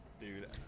dude